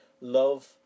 love